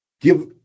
give